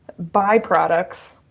byproducts